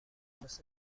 آدرس